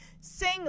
sing